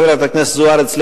חברת הכנסת זוארץ,